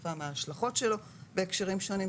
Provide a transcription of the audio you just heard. התקופה מה ההשלכות שלו בהקשרים שונים,